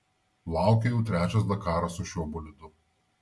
laukia jau trečias dakaras su šiuo bolidu